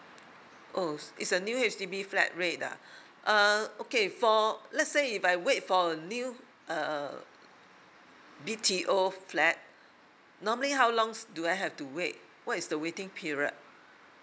oh it's a new H_D_B flat rate ah err okay for let's say if I wait for a new uh B T O flat normally how long do I have to wait what is the waiting period